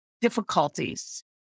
difficulties